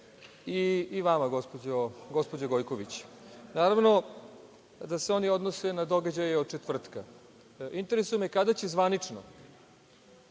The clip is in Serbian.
i vama, gospođo Gojković. Naravno da se ona odnose na događaje od četvrtka. Interesuje me – kada će zvanično